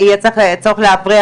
מה שנרשם זה בן או בת ברית